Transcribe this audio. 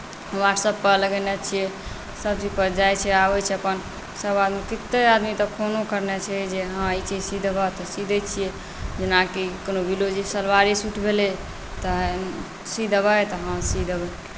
वाट्सएप्पपर लगेने छियै सभचीज पर जाइत छै आबैत छै अपन सभआदमी कतेक आदमी तऽ फोनो करने छै जे हँ ई चीज सी देबह तऽ सी दैत छियै जेनाकि कोनो ब्लाउजे सलवारे सूट भेलै तऽ सी देबै तऽ हँ सी देबै